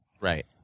Right